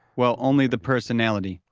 well, only the personality.